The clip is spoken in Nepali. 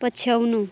पछ्याउनु